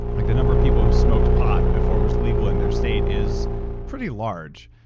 like the number of people who smoked pot before it was legal in their state is pretty large.